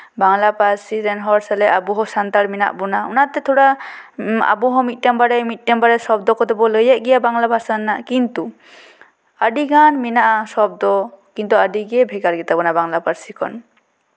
ᱵᱟᱝᱞᱟ ᱯᱟᱹᱨᱥᱤ ᱨᱮᱱ ᱦᱚᱲ ᱥᱟᱞᱟᱜ ᱟᱵᱚ ᱦᱚᱸ ᱥᱟᱱᱛᱟᱲ ᱢᱮᱱᱟᱜ ᱵᱚᱱᱟ ᱚᱱᱟᱛᱮ ᱛᱷᱚᱲᱟ ᱟᱵᱚ ᱦᱚᱸ ᱢᱤᱫᱴᱟᱱ ᱵᱟᱨᱭᱟ ᱢᱤᱫᱴᱟᱱ ᱵᱟᱨᱭᱟ ᱥᱚᱵᱫᱚ ᱠᱚᱫᱚ ᱵᱚᱱ ᱞᱟᱹᱭᱮᱜ ᱜᱮᱭᱟ ᱵᱟᱝᱞᱟ ᱵᱷᱟᱥᱟ ᱨᱮᱱᱟᱜ ᱠᱤᱱᱛᱩ ᱟᱹᱰᱤᱜᱟᱱ ᱢᱮᱱᱟᱜᱼᱟ ᱥᱚᱵᱫᱚ ᱠᱤᱱᱛᱩ ᱟᱹᱰᱤᱜᱮ ᱵᱷᱮᱜᱟᱨ ᱜᱮᱛᱟ ᱵᱚᱱᱟ ᱵᱟᱝᱞᱟ ᱯᱟᱹᱨᱥᱤ ᱠᱷᱚᱱ